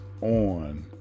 on